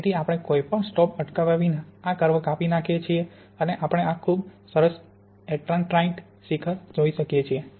તેથી આપણે કોઈ પણ સ્ટોપ અટકાવ્યા વિના આ કર્વ કાપી નાંખીએ છીએ અને આપણે આ ખૂબ સરસ એટટ્રાનાઇટ શિખર જોઈ શકીએ છીએ